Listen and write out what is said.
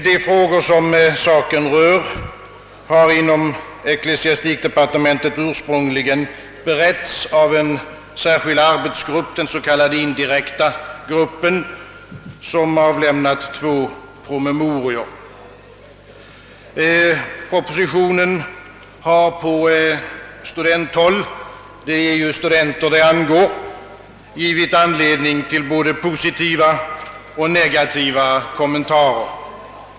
De frågor som berörs har inom ecklesiastikdepartementet ursprungligen beretts av en särskild arbetsgrupp, den s.k. indirekta gruppen, som avlämnat två promemorior. Propositionen har på studenthåll — det är ju studenter det gäller — givit anledning till både positiva och negativa kommentarer.